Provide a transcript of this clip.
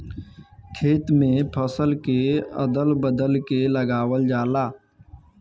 खेत में फसल के अदल बदल के लगावल जाला